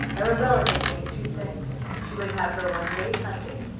arabella had gained two things. she would have her one day's hunting,